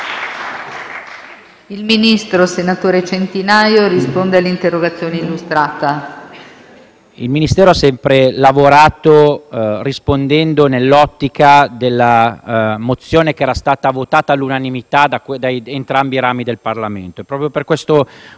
il Ministero ha sempre lavorato rispondendo nell'ottica della mozione che era stata approvata all'unanimità da entrambi i rami del Parlamento.